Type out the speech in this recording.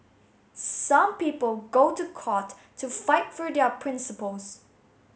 some people go to court to fight for their principles